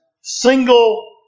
single